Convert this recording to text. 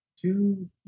two